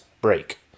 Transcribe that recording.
break